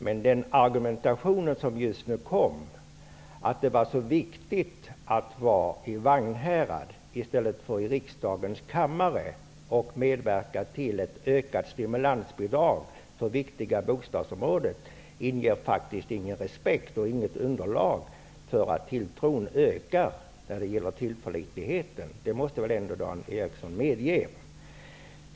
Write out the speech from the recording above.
Men den argumentation som just nu kom, att det var viktigare att vara i Vagnhärad i stället för i riksdagens kammare för att medverka till ett ökat stimulansbidrag på det viktiga bostadsområdet, inger faktiskt ingen respekt och utgör inget underlag för att tilltron skall öka när det gäller tillförlitligheten. Det måste väl Dan Eriksson medge.